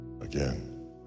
again